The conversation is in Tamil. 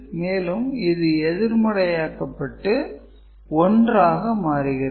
மேலும் இது எதிர்மறையாக்கப்பட்டு 1 ஆக மாறுகிறது